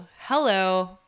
hello